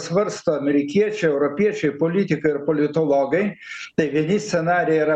svarsto amerikiečiai europiečiai politikai ir politologai tai vieni scenarijai yra